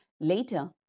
Later